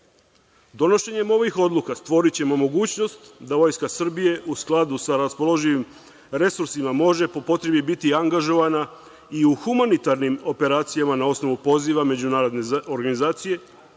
celini. Donošenjem ovih odluka stvorićemo mogućnost da Vojska Srbije, u skladu sa raspoloživim resursima, može po potrebi biti angažovana i u humanitarnim operacijama na osnovu poziva međunarodne organizacije,